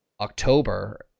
October